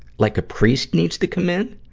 like, a priest needs to come in?